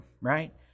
right